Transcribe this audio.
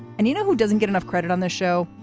and you know who doesn't get enough credit on the show?